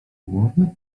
głowy